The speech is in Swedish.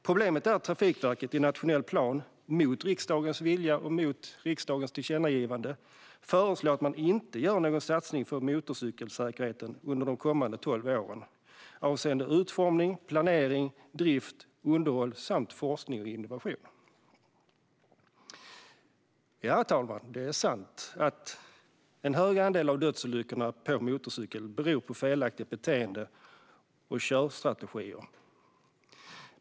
Problemet är att Trafikverket i sin nationella plan, mot riksdagens vilja och tillkännagivande, föreslår att man inte ska göra någon satsning på motorcykelsäkerheten under de kommande tolv åren avseende utformning, planering, drift, underhåll samt forskning och innovation. Herr talman! Det är sant att en stor andel av dödsolyckorna på motorcykel beror på felaktiga beteenden och körstrategier.